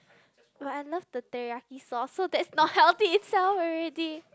but I love the teriyaki sauce so that's not healthy itself already